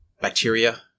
bacteria